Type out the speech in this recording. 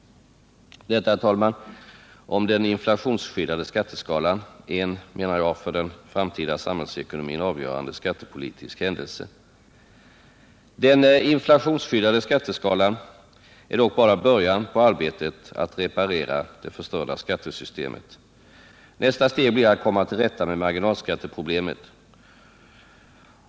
Detta, herr talman, med den inflationsskyddade skatteskalan är en, menar jag, för den framtida samhällsekonomin avgörande skattepolitisk händelse. Den inflationsskyddade skatteskalan är dock bara början på arbetet att reparera det förstörda skattesystemet. Nästa steg blir att komma till rätta med marginalskatteproblemet.